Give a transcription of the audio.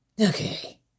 Okay